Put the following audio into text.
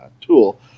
tool